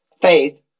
Faith